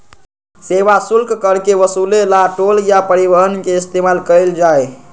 सेवा शुल्क कर के वसूले ला टोल या परिवहन के इस्तेमाल कइल जाहई